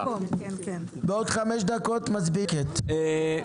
בעוד חמש דקות מצביעים על החוק.